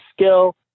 skill